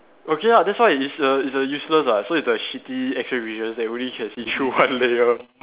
okay ah that's why it's a it's a useless ah so it's a shitty X ray vision that only can see through one layer